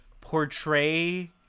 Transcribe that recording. portray